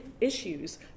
issues